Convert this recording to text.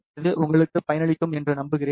இது உங்களுக்கு பயனளிக்கும் என்று நம்புகிறேன்